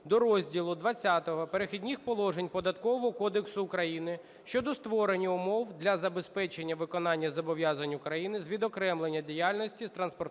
до розділу ХХ "Перехідні положення" Податкового кодексу України щодо створення умов для забезпечення виконання зобов'язань України з відокремлення діяльності з транспортування